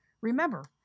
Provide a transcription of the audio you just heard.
Remember